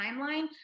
timeline